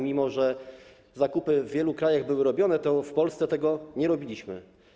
Mimo że zakupy w wielu krajach były robione, w Polsce tego nie robiliśmy.